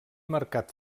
mercat